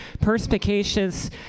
perspicacious